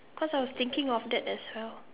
cause I was thinking of that as well